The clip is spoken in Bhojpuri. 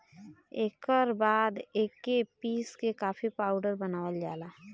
एकर बाद एके पीस के कॉफ़ी पाउडर बनावल जाला